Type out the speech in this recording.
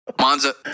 Monza